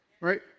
Right